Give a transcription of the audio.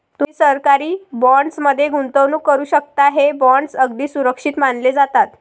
तुम्ही सरकारी बॉण्ड्स मध्ये गुंतवणूक करू शकता, हे बॉण्ड्स अगदी सुरक्षित मानले जातात